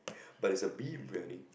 but there's a B~ Briyani